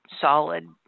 solid